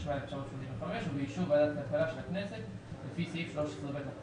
התשמ"ה-1985 ואישור ועדת הכלכלה של הכנסת לפי סעיף 13(ב) לפקודה,